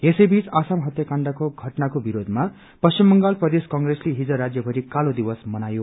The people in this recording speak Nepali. यसैबीच आसाम हतयाकाण्डको घटनाको विरोधमा पश्चिम बंगाल प्रदेश कंग्रेसले हिज राज्य भरि कालो दिवस मनायो